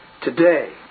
Today